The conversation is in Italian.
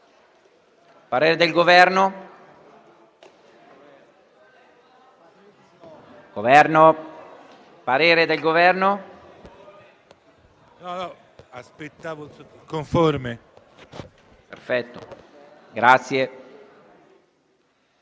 parere del Governo